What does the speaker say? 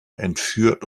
entführt